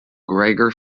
gregor